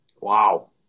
Wow